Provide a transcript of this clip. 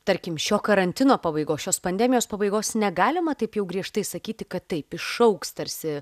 tarkim šio karantino pabaigos šios pandemijos pabaigos negalima taip jau griežtai sakyti kad taip išaugs tarsi